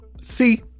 See